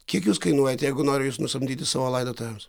kiek jūs kainuojat jeigu noriu jus nusamdyti savo laidotuvėms